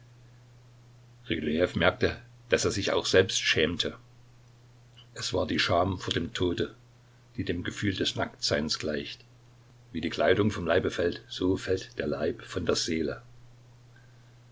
merkte daß er sich auch selbst schämte es war die scham vor dem tode die dem gefühl des nacktseins gleicht wie die kleidung vom leibe fällt so fällt der leib von der seele